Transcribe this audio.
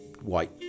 white